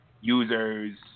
users